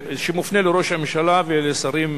שמופנה לראש הממשלה ולשרים שונים.